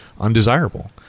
undesirable